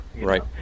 Right